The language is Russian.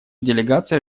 делегация